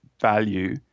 value